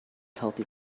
healthy